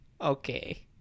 okay